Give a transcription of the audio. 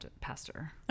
pastor